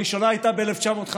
הראשונה הייתה ב-1951,